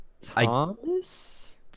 Thomas